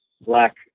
black